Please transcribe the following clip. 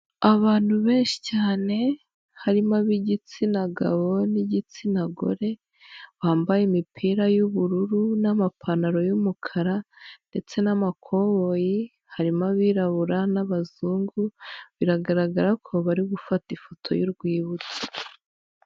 Abantu benshi cyane, harimo ab'igitsina gabo n'igitsina gore, bambaye imipira y'ubururu n'amapantaro y'umukara ndetse n'amakoboyi, harimo abirabura n'abazungu, biragaragara ko bari gufata ifoto y'urwibutso.